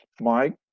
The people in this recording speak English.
Mike